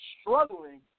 struggling